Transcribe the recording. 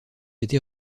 été